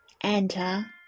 Enter